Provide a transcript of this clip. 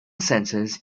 centres